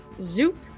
Zoop